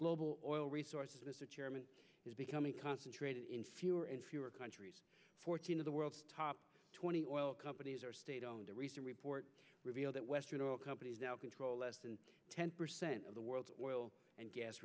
global oil resources is becoming concentrated in fewer and fewer countries fourteen of the world's top twenty oil companies are state owned a recent report revealed that western oil companies now control less than ten percent of the world's oil and gas